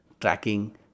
tracking